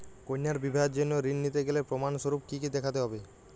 কন্যার বিবাহের জন্য ঋণ নিতে গেলে প্রমাণ স্বরূপ কী কী দেখাতে হবে?